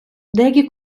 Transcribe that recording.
деякі